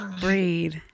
Breathe